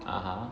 (uh huh)